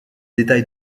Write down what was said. détails